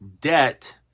debt